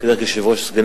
כוונת